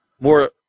more